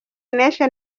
nation